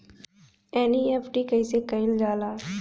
NEFT कइसे कइल जाला?